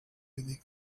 unique